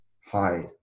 hide